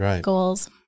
goals